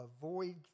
avoid